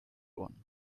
one